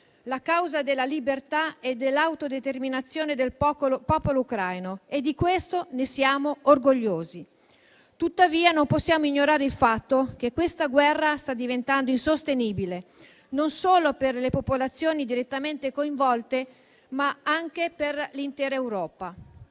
la causa della libertà e dell'autodeterminazione del popolo ucraino, e di questo siamo orgogliosi. Tuttavia, non possiamo ignorare il fatto che questa guerra sta diventando insostenibile non solo per le popolazioni direttamente coinvolte, ma anche per l'intera Europa;